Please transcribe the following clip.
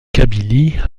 kabylie